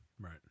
Right